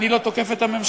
אני לא תוקף את הממשלה.